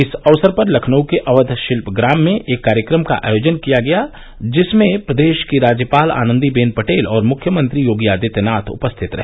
इस अक्सर पर लखनऊ के अवध शिल्पग्राम में एक कार्यक्रम का आयोजन किया गया जिसमें प्रदेश की राज्यपाल आनंदी बेन पटेल और मुख्यमंत्री योगी आदित्यनाथ उपस्थित रहे